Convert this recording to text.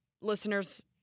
listeners